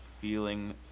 feeling